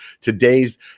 Today's